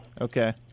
Okay